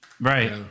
Right